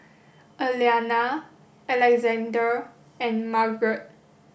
Aliana Alexandre and Margeret